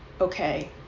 okay